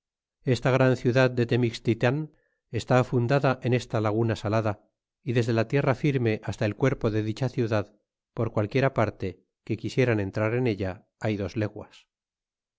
esta gran ciue dad de temiztitan está fundada en esta laguna salada y desde e la fiel ra firme hasta el cuerpo de la dicha ciudad por qualquie ra parte que quisieren entrar ella hay dos leguas